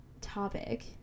topic